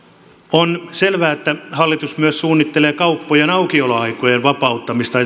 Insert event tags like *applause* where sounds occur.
on selvää että hallitus myös suunnittelee kauppojen aukioloaikojen vapauttamista *unintelligible*